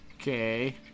Okay